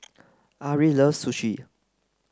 Ari loves Sushi